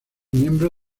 miembro